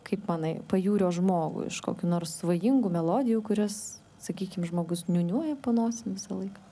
kaip manai pajūrio žmogų iš kokių nors svajingų melodijų kurias sakykim žmogus niūniuoja po nosim visąlaik